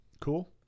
cool